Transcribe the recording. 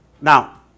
Now